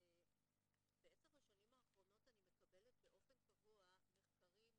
בעשר השנים האחרונות אני מקבלת באופן קבוע מחקרים,